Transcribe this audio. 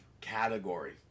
category